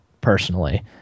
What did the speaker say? personally